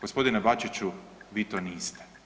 Gospodine Bačiću, vi to niste.